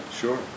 Sure